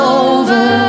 over